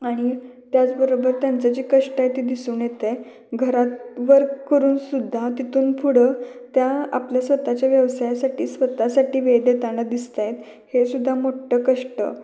आणि त्याचबरोबर त्यांचं जे कष्ट आहे ते दिसून येतं आहे घरात वर्क करून सुद्धा तिथून पुढं त्या आपल्या स्वतःच्या व्यवसायासाठी स्वतःसाठी वेळ देताना दिसत आहे हे सुद्धा मोठ्ठं कष्ट